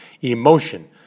emotion